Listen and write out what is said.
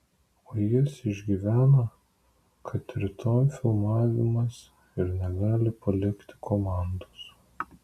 o jis išgyvena kad rytoj filmavimas ir negali palikti komandos